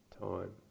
time